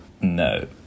No